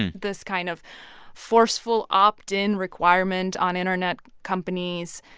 this kind of forceful opt-in requirement on internet companies.